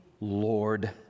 Lord